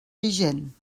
vigent